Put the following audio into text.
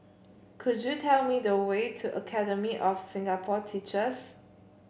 could you tell me the way to Academy of Singapore Teachers